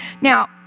Now